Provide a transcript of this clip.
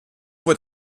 wird